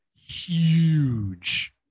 huge